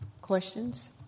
Questions